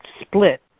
split